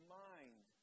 mind